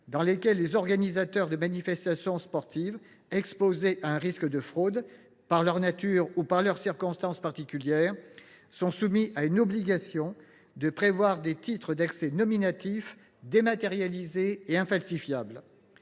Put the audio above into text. dans lesquelles les organisateurs de manifestations sportives exposées à un risque de fraude par leur nature ou par leurs circonstances particulières sont soumis à l’obligation de prévoir des titres d’accès nominatifs, dématérialisés et infalsifiables.